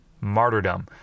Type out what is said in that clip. martyrdom